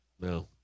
No